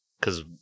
Cause